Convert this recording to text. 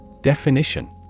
Definition